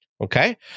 Okay